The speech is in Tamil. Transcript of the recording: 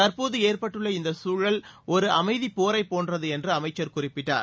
தற்போது ஏற்பட்டுள்ள இந்த சூழல் ஒரு அமைதிப்போரை போன்றது என்று அமைச்சர் குறிப்பிட்டார்